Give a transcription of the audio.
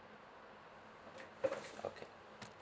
okay